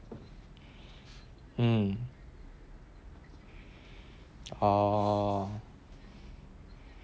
mm oh